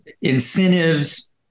incentives